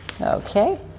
Okay